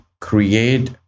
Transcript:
create